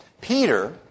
Peter